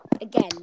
again